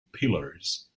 pillars